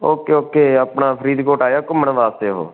okay okay ਆਪਣਾ ਫਰੀਦਕੋਟ ਆਇਆ ਘੁੰਮਣ ਵਾਸਤੇ ਉਹ